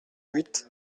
huit